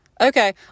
Okay